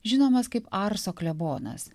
žinomas kaip arso klebonas